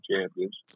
champions